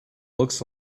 looks